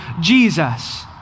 Jesus